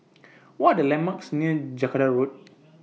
What Are The landmarks near Jacaranda Road